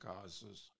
causes